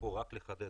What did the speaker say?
רק לחדד.